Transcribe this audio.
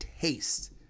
taste